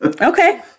Okay